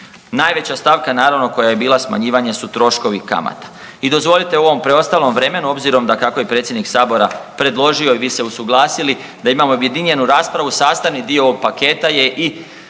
Najveća stavka naravno koja je bila smanjivanja su troškovi kamata. I dozvolite u ovom preostalom vremenu obzirom da kako je predsjednik sabora predložio i vi se usuglasili da imamo objedinjenu raspravu, sastavni dio ovog paketa je i